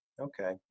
Okay